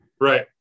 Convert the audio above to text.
Right